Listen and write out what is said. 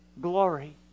glory